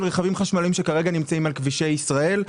רכבים חשמליים שכרגע נמצאים על כבישי ישראל.